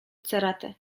ceratę